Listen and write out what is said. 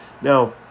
Now